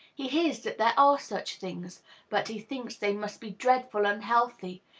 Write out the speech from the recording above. he hears that there are such things but he thinks they must be dreadful unhealthy,